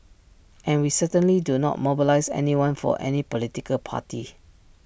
and we certainly do not mobilise anyone for any political party